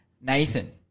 Nathan